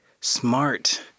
smart –